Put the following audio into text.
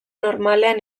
normalean